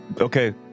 Okay